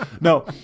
No